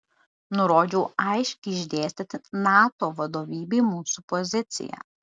nurodžiau aiškiai išdėstyti nato vadovybei mūsų poziciją